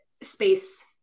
space